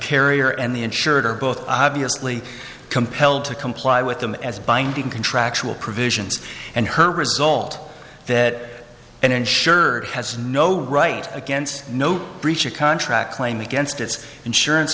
carrier and the insured are both obviously compelled to comply with them as binding contractual provisions and her result that an insured has no right against no breach of contract claim against its insurance